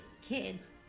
kids